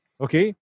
Okay